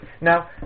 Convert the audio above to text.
Now